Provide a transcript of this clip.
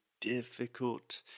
difficult